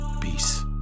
Peace